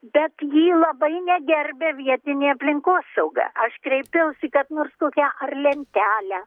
bet jį labai negerbia vietinė aplinkosauga aš kreipiausi kad nors kokią ar lentelę